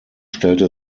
stellte